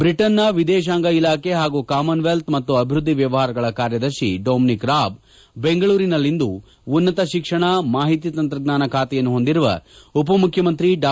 ಬ್ರಿಟನ್ನ ವಿದೇಶಾಂಗ ಇಲಾಖೆ ಹಾಗೂ ಕಾಮನ್ ವೆಲ್ತ ಮತ್ತು ಅಭಿವೃದ್ಧಿ ವ್ಯವಹಾರಗಳ ಕಾರ್ಯದರ್ಶಿ ಡೊಮಿನಿಕ್ ರಾಬ್ ಬೆಂಗಳೂರಿನಲ್ಲಿಂದು ಉನ್ನತ ಶಿಕ್ಷಣ ಮಾಹಿತಿ ತಂತ್ರಜ್ಞಾನ ಖಾತೆಯನ್ನು ಹೊಂದಿರುವ ಉಪಮುಖ್ಯಮಂತ್ರಿ ಡಾ